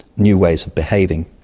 new ways of behaving.